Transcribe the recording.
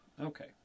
Okay